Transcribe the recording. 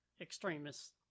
extremists